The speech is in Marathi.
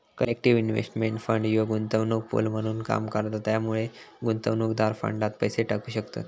कलेक्टिव्ह इन्व्हेस्टमेंट फंड ह्यो गुंतवणूक पूल म्हणून काम करता त्यामुळे गुंतवणूकदार फंडात पैसे टाकू शकतत